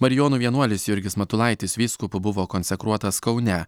marijonų vienuolis jurgis matulaitis vyskupu buvo konsekruotas kaune